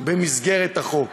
במסגרת החוק: